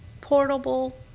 portable